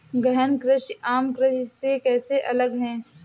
गहन कृषि आम कृषि से कैसे अलग है?